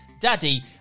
daddy